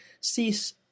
cease